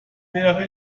wäre